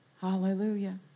Hallelujah